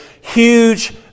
huge